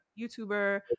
youtuber